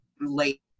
late